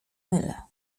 mylę